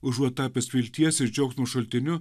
užuot tapęs vilties ir džiaugsmo šaltiniu